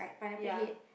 ya